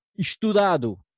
estudado